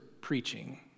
preaching